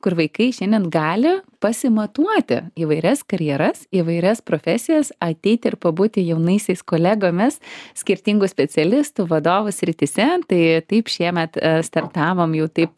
kur vaikai šiandien gali pasimatuoti įvairias karjeras įvairias profesijas ateiti ir pabūti jaunaisiais kolegomis skirtingų specialistų vadovų srityse tai taip šiemet startavom jau taip